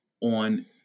on